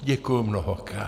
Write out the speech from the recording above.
Děkuji mnohokrát.